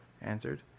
answered